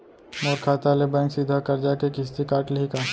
मोर खाता ले बैंक सीधा करजा के किस्ती काट लिही का?